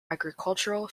agricultural